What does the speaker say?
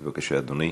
בבקשה, אדוני.